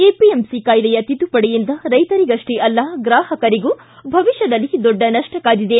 APMC ಕಾಯ್ದೆಯ ತಿದ್ದುಪಡಿಯಿಂದ ರೈತರಿಗಷ್ಟೇ ಅಲ್ಲ ಗ್ರಾಪಕರಿಗೂ ಭವಿಷ್ಠದಲ್ಲಿ ದೊಡ್ಡ ನಷ್ಟ ಕಾದಿದೆ